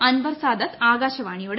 അൻവർ സാദത്ത് ആകാശവാണിയോട്